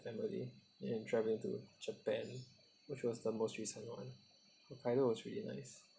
family and traveling to japan which was the most recent [one] hokkaido was really nice